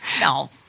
No